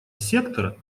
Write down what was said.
сектора